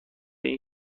این